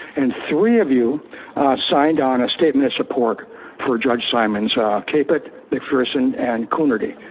and three of you signed on a statement of support for symons, caput, mcpherson and coonerty.